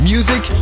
Music